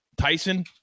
Tyson